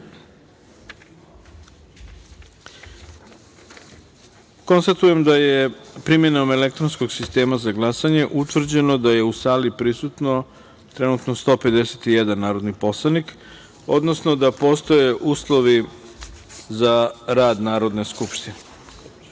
jedinice. Konstatujem da je, primenom elektronskog sistema za glasanje, utvrđeno da je u sali prisutan trenutno 151 narodni poslanik, odnosno da je postoje uslovi za rad Narodne